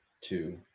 Two